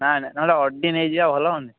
ନାଇଁ ନାଇଁ ନହେଲେ ଅଡ଼ି ନେଇଯିବା ଭଲ ହେବନି